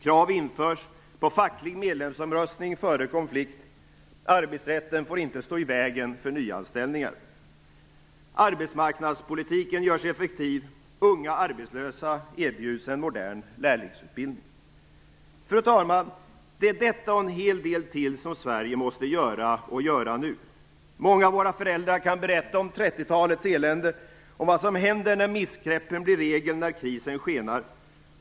Krav införs på facklig medlemsomröstning före konflikt. Arbetsrätten får inte stå i vägen för nyanställningar. Arbetsmarknadspolitiken görs effektiv. Unga arbetslösa erbjuds en modern lärlingsutbildning. Fru talman! Det är detta och en hel del till som Sverige måste göra och göra nu. Många av våra föräldrar kan berätta om 30-talets elände och om vad som händer när missgreppen blir regel när krisen skenar.